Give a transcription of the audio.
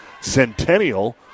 Centennial